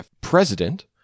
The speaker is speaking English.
president